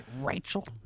Rachel